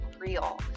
real